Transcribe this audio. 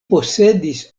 posedis